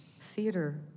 theater